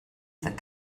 that